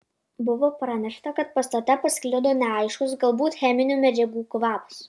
buvo pranešta kad pastate pasklido neaiškus galbūt cheminių medžiagų kvapas